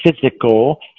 physical